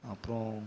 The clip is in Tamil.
அப்றம்